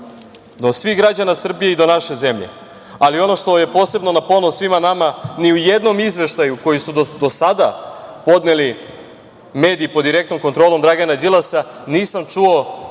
do svih građana Srbije i do naše zemlje. Ono što je posebno na ponos svima nama, ni u jednom izveštaju, koji su do sada podneli mediji pod direktnom kontrolom Dragana Đilasa, nisam čuo